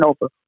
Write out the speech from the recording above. over